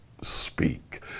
speak